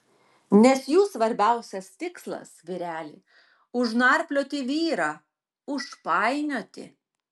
nes jų svarbiausias tikslas vyreli užnarplioti vyrą užpainioti